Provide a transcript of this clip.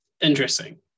interesting